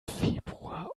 februar